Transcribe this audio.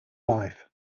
life